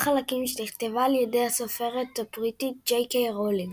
חלקים שנכתבה על ידי הסופרת הבריטית ג'יי קיי רולינג.